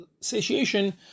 satiation